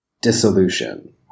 Dissolution